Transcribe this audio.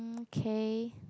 okay